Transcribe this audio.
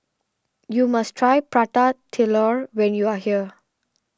you must try Prata Telur when you are here